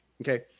Okay